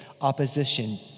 opposition